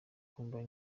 mba